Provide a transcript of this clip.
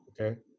okay